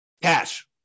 Cash